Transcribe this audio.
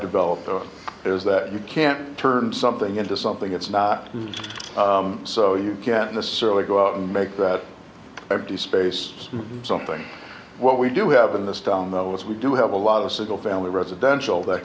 developed is that you can't turn something into something it's not so you can't necessarily go out and make that empty space something what we do have in this town that once we do have a lot of single family residential that